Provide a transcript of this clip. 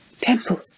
Temple